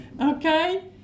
okay